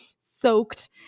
soaked